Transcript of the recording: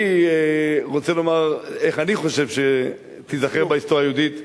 אני רוצה לומר איך אני חושב שתיזכר בהיסטוריה היהודית,